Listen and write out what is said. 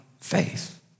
faith